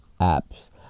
apps